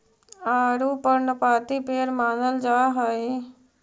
आडू पर्णपाती पेड़ मानल जा हई